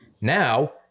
Now